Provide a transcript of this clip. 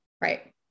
Right